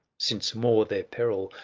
since more their peril,